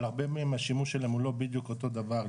אבל הרבה מהן השימוש שלהם הוא לא בדיוק אותו דבר,